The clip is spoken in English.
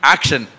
Action